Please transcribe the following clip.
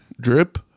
Drip